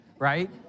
right